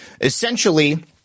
essentially